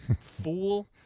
fool